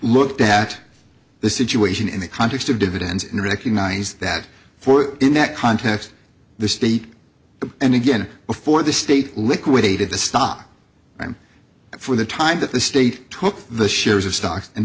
look at the situation in the context of dividends in recognise that for in that context the state and again before the state liquidated the stock and for the time that the state took the shares of stock and